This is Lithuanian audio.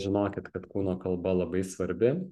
žinokit kad kūno kalba labai svarbi